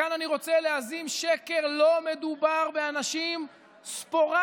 כאן אני רוצה להזים שקר: לא מדובר באנשים ספורדיים